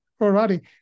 Alrighty